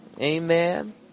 Amen